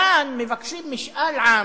כאן מבקשים משאל עם